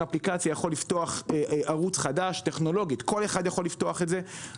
אפליקציה יכול טכנולוגית לפתוח ערוץ חדש.